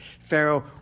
Pharaoh